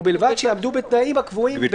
ובלבד שיעמדו בתנאים הקבועים ב